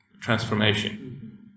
transformation